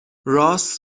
راس